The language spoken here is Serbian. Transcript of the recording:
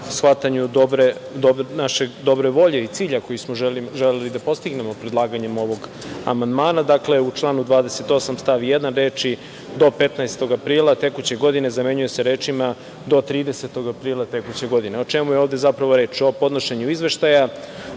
shvatanju naše dobre volje i cilja koji smo želeli da postignemo predlaganjem ovog amandmana.U članu 28. stav 1. reči – do 15. aprila tekuće godine, zamenjuje se rečima – do 30. aprila tekuće godine. O čemu je ovde zapravo reč? O podnošenju izveštaja,